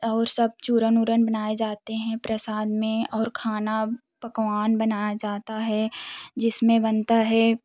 और सब चूरन ऊरन बनाए जाते हैं प्रसाद में और खाना पकवान बनाए जाता है जिसमें बनता है